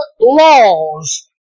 laws